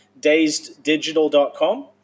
DazedDigital.com